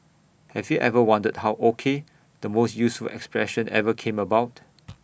have you ever wondered how O K the most useful expression ever came about